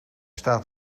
staat